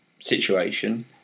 situation